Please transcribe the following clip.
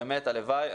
באמת הלוואי.